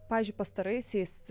pavyzdžiui pastaraisiais